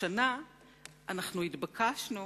השנה אנחנו התבקשנו